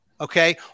okay